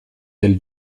del